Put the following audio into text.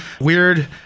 weird